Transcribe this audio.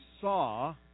saw